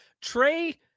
Trey